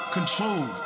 Control